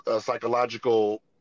psychological